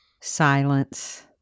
silence